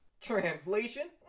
Translation